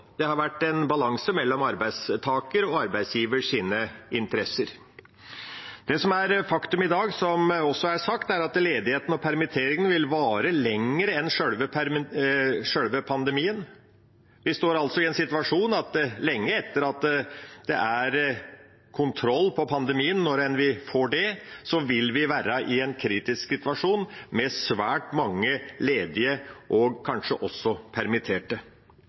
Det har vært en balanse mellom arbeidstakers og arbeidsgivers interesser. Det som er faktum i dag, som også er sagt, er at ledigheten og permitteringene vil vare lenger enn sjølve pandemien. Vi står altså i en situasjon hvor vi lenge etter at vi har kontroll på pandemien, når enn vi får det, vil være i en kritisk situasjon med svært mange ledige og kanskje også permitterte.